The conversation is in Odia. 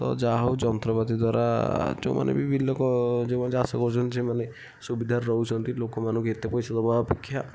ତ ଯାହା ହେଉ ଯନ୍ତ୍ରପାତି ଦ୍ଵାରା ଯେଉଁମାନେ ବି ବିଲ କ ଯେଉଁମାନେ ଚାଷ କରୁଛନ୍ତି ସେଇମାନେ ସୁବିଧାରେ ରହୁଛନ୍ତି ଲୋକମାନଙ୍କୁ ଏତେ ପଇସା ଦେବା ଅପେକ୍ଷା